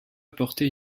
apporté